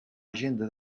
agenda